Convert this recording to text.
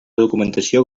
documentació